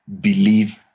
believe